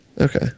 Okay